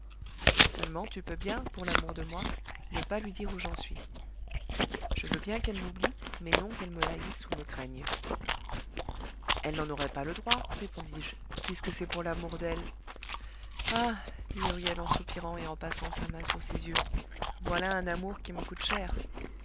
seulement tu peux bien pour l'amour de moi ne pas lui dire où j'en suis je veux bien qu'elle m'oublie mais non qu'elle me haïsse ou me craigne elle n'en aurait pas le droit répondis-je puisque c'est pour l'amour d'elle ah dit huriel en soupirant et en passant sa main sur ses yeux voilà un amour qui me coûte cher